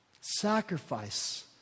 Sacrifice